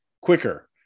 quicker